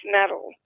metal